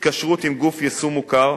התקשרות עם גוף יישום מוכר,